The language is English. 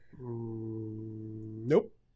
Nope